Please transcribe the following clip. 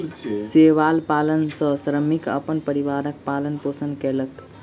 शैवाल पालन सॅ श्रमिक अपन परिवारक पालन पोषण कयलक